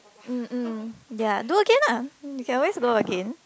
mm mm ya do again ah you can always do again